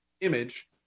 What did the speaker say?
image